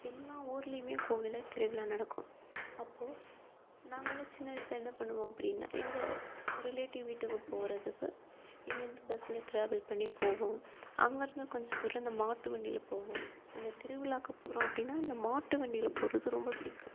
எல்லா ஊர்லையுமே கோவிலில் திருவிழா நடக்கும் அப்போது நாங்களெல்லாம் சின்ன வயசுல என்ன பண்ணுவோம் அப்படின்னா எங்கள் ரிலேட்டிவ் வீட்டுக்கு போகிறதுக்கு இங்கேருந்து பஸ்ஸில் ட்ராவல் பண்ணி போவோம் அங்கிருந்து கொஞ்சம் தூரம் இந்த மாட்டுவண்டியில் போவோம் அந்த திருவிழாக்கு போகிறோம் அப்படின்னா அந்த மாட்டுவண்டியில் போவது ரொம்ப பிடிக்கும்